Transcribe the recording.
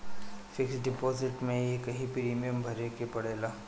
fix deposit में एकही premium भरे के पड़ेला